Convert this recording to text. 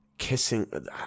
kissing